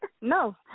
No